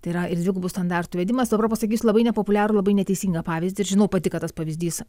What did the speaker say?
tai yra ir dvigubų standartų įvedimas dabar pasakysiu labai nepopuliarų labai neteisingą pavyzdį ir žinau pati kad tas pavyzdys a